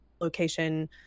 location